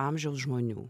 amžiaus žmonių